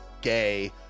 gay